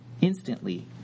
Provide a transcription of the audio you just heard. Instantly